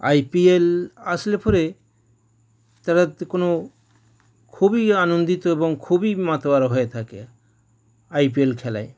IPL আসলে পরে তারা তো কোনও খুবই আনন্দিত এবং খুবই মাতোয়ারা হয়ে থাকে আইপিএল খেলায়